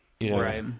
Right